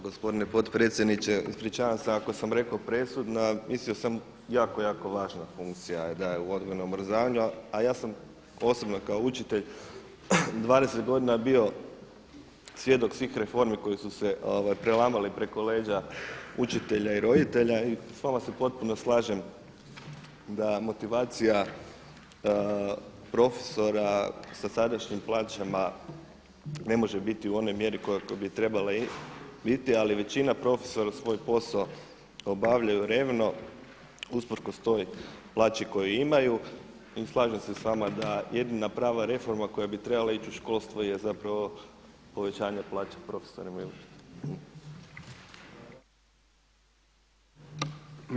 Gospodine potpredsjedniče, ispričavam se ako sam rekao presudna, mislio sam jako jako važna funkcija da je u odgojnom obrazovanju a ja sam osobno kao učitelj 20 godina bio svjedok svih reformi koje su prelamale preko leđa učitelja i roditelja i s vama se potpuno slažem da motivacija profesora sa sadašnjim plaćama ne može biti u onoj mjeri u kojoj bi trebala biti ali većina profesora svoj posao obavljaju revno usprkos toj plaći koju imaju i slažem se s vama da jedina prava reforma koja bi trebala ići u školstvu je zapravo povećanje plaća profesorima i učiteljima.